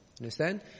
Understand